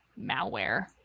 malware